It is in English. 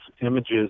images